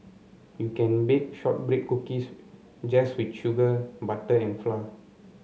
you can bake shortbread cookies just with sugar butter and